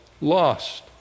lost